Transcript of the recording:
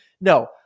no